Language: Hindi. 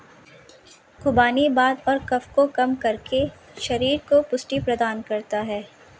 खुबानी वात और कफ को कम करके शरीर को पुष्टि प्रदान करता है